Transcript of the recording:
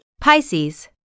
Pisces